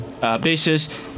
basis